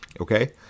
Okay